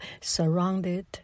surrounded